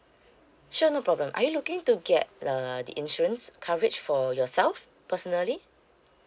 sure no problem are you looking to get uh the insurance coverage for yourself personally